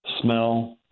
Smell